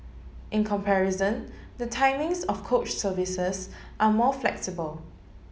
in comparison the timings of coach services are more flexible